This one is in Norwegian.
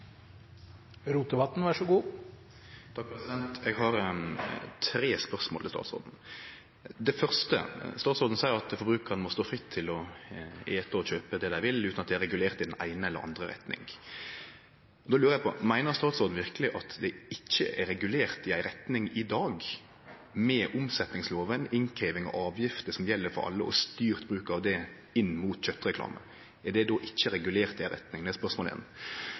statsråden seier at forbrukarane må stå fritt til å ete og kjøpe det dei vil, utan at det er regulert i den eine eller den andre retninga. Då lurar eg på: Meiner statsråden verkeleg at det ikkje er regulert i ei retning i dag? Med omsetningsloven, innkrevjing av avgifter som gjeld for alle, og styrt bruk av det inn mot kjøtreklame, er det då ikkje regulert i ei retning? Det er spørsmål ein.